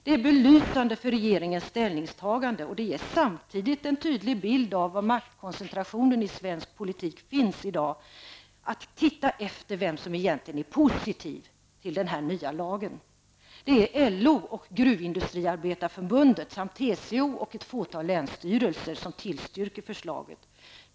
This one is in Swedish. Det är belysande för regeringens ställningstaganden, och det ger samtidigt en tydlig bild av var maktkoncentrationen i svensk politik finns, att titta efter vem som egentligen är positiv till den nya lagen. Det är LO och Gruvindustriarbetarförbundet samt TCO och ett fåtal länsstyrelser som tillstyrker förslaget.